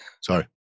Sorry